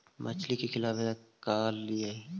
मछली के खिलाबे ल का लिअइ?